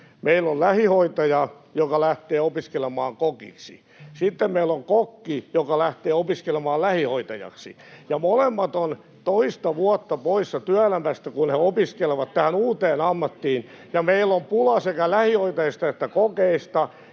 meillä on lähihoitaja, joka lähtee opiskelemaan kokiksi, ja sitten meillä on kokki, joka lähtee opiskelemaan lähihoitajaksi, niin molemmat ovat toista vuotta poissa työelämästä, kun he opiskelevat tähän uuteen ammattiin. Meillä on pulaa sekä lähihoitajista että kokeista,